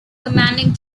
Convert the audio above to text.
commanding